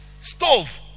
stove